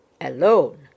alone